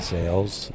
Sales